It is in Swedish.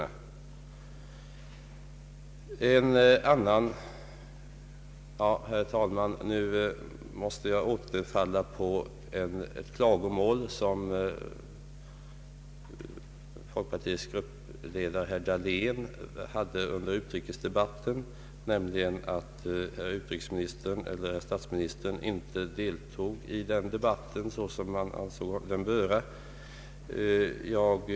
Ja, herr talman, nu måste jag återfalla på ett klagomål som folkpartiets gruppledare herr Dahlén framförde under utrikesdebatten, nämligen att utrikesministern och statsministern inte deltog i den debatten i den utsträckning som de borde ha gjort.